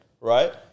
right